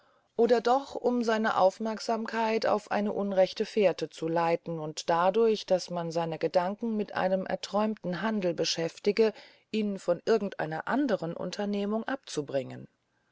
oder doch um seine aufmerksamkeit eine unrechte fährte zu leiten und dadurch daß man seine gedanken mit einem erträumten handel beschäftige ihn von irgend einer neuen unternehmung abzubringen